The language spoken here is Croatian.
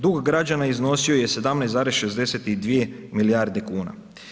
Dug građana iznosio je 17,62 milijarde kuna.